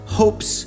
hope's